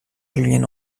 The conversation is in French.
julienne